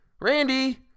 Randy